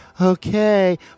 okay